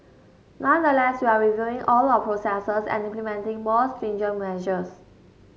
nonetheless we are reviewing all our processes and implementing more stringent measures